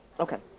okay.